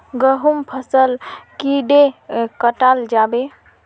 गहुम फसल कीड़े कटाल जाबे?